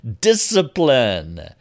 Discipline